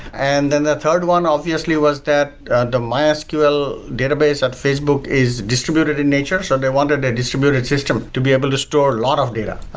and then the third one obviously was that the and mysql database at facebook is distributed in nature. so they wanted a distributed system to be able to store a lot of data.